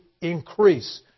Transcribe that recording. increase